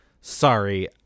Sorry